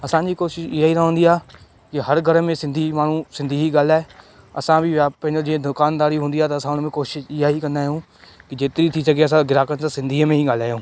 असांजी कोशिशि इहा ई रहंदी आहे की हर घर में सिंधी माण्हू सिंधी ई ॻाल्हाइ असां बि व्यापन जे दुकानदारी हूंदी आहे त असां उनमें कोशिशि ईअं ई कंदा आहियूं की जेतिरी थी सघे असां ग्राहकनि सां सिंधीअ में ई ॻाल्हाइयूं